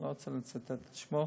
אני לא רוצה לציין את שמו.